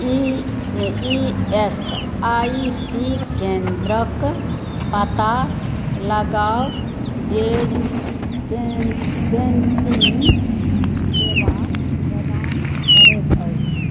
E F I C केन्द्रक पता लगाउ जे कैन्टीन सेवा प्रदान करैत अछि